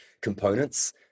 components